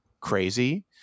crazy